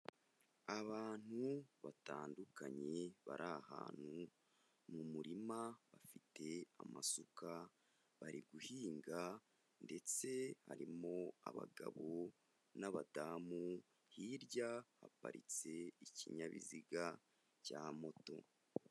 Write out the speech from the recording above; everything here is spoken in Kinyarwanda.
Abantu batandukanye bari ahantu mu murima, bafite amasuka bari guhinga, ndetse harimo abagabo n'abadamu, hirya haparitse ikinyabiziga cya moto.